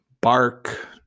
bark